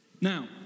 Now